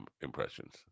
impressions